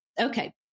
Okay